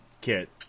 Kit